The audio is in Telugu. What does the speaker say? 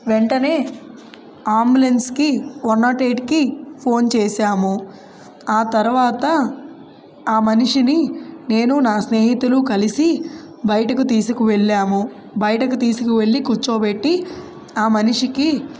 వెంటనే ఆంబులెన్స్కి వన్ నాట్ ఎయిట్కి ఫోన్ చేశాము ఆ తర్వాత ఆ మనిషిని నేను నా స్నేహితులు కలిసి బయటకు తీసుకు వెళ్ళాము బయటకు తీసుకు వెళ్ళి కూర్చోబెట్టి ఆ మనిషికి